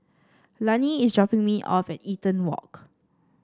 Lani is dropping me off at Eaton Walk